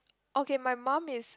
okay my mum is